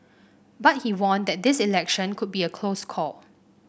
but he warned that this election could be a close call